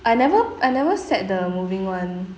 I never I never set the moving one